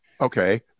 okay